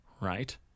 right